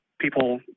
people